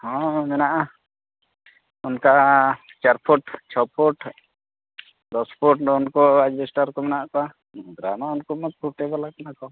ᱦᱮᱸ ᱢᱮᱱᱟᱜᱼᱟ ᱚᱱᱠᱟ ᱪᱟᱨ ᱯᱷᱩᱴ ᱪᱷᱚ ᱯᱷᱩᱴ ᱫᱚᱥ ᱯᱷᱩᱴ ᱩᱱᱠᱩ ᱮᱞᱵᱮᱥᱴᱟᱨ ᱠᱚ ᱢᱮᱱᱟᱜ ᱟᱛᱚ ᱵᱟᱞᱟ ᱠᱟᱱᱟ ᱠᱚ